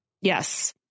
Yes